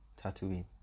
Tatooine